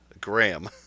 Graham